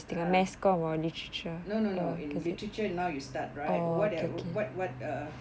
uh no no no in literature now you start right [what] ah what what